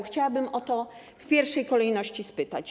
Chciałabym o to w pierwszej kolejności spytać.